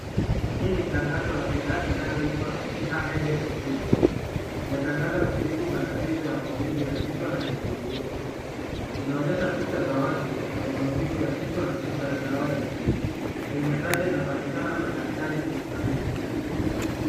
Hii ni tangazo la bidhaa inayoitwa siha headache solution, inatangaza kutibu matatizo ya maumivu ya kichwa na kizunguzungu, inaonyesha picha za watu wenye maumivu ya kichwa na chupa ya dawa yenyewe, na imetaja inapatikana kwa daktari Ismaili.